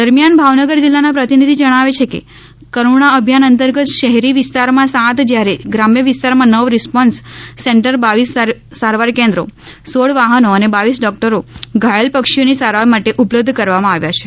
દરમિયાન ભાવનગર જિલ્લાના પ્રતિનિધિ જણાવે છે કે કરુણા અભિયાન અંતર્ગત શહેરી વિસ્તારમાં સાત જ્યારે ગ્રામ્ય વિસ્તારમાં નવ રિસ્પોન્સ સેન્ટર બાવીસ સારવાર કેન્દ્રો સોળ વાહનો અને બાવીસ ડોક્ટરો ઘાયલ પક્ષીઓની સારવાર માટે ઉપલબ્ધ કરવામાં આવ્યા છે